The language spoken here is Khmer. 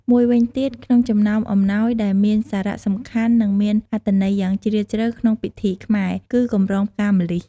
មួយវិញទៀតក្នុងចំណោមអំណោយដែលមានសារសំខាន់និងមានអត្ថន័យយ៉ាងជ្រាលជ្រៅក្នុងពិធីខ្មែរ គឺ កម្រងផ្កាម្លិះ ។